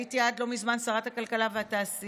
הייתי עד לא מזמן שרת הכלכלה והתעשייה,